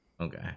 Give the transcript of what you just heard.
Okay